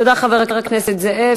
תודה, חבר הכנסת זאב.